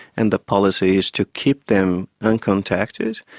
and the policy is to keep them uncontacted,